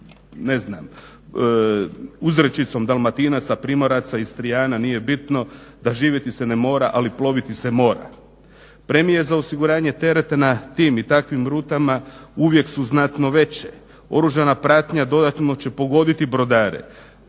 ne znam uzrečicom Dalmatinca, Primoraca, Istrijana nije bitno da "Živjeti se ne mora, ali ploviti se mora". Premije za osiguranje tereta na tim i takvim rutama uvijek su znatno veće. Oružana pratnja dodatno će pogoditi brodare,